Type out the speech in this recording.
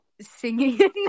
singing